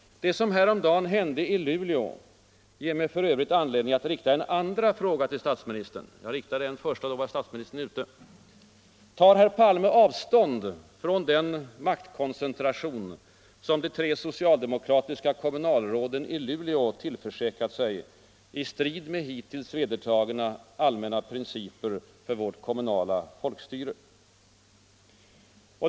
Det som häromdagen hände i Luleå ger mig för övrigt anledning att rikta en andra fråga till statsministern. Då jag ställde min första fråga var statsministern ute. Tar herr Palme avstånd. från den maktkoncentration som de tre socialdemokratiska kommunalråden i Luleå tillförsäkrat sig i strid mot hittills vedertagna allmänna principer för vårt kommunala folkstyre? 9.